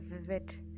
vivid